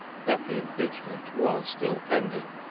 that the impeachment was still pending.